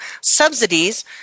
subsidies